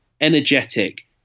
energetic